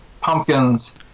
pumpkins